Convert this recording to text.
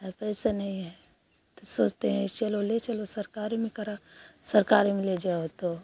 और पैसा नहीं है तो सोचते हैं चलो ले चलो सरकारी में करा सरकारी में ले जाओ तो